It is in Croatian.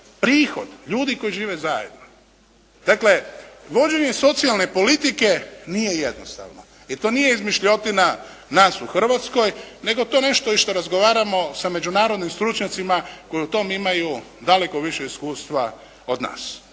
prihod ljudi koji žive zajedno. Dakle vođenje socijalne politike nije jednostavno jer to nije izmišljotina nas u Hrvatskoj nego to nešto i što razgovaramo sa međunarodnim stručnjacima koji u tom imaju daleko više iskustva od nas.